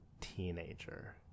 teenager